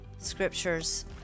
Scriptures